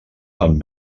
amb